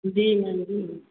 जी ma'am जी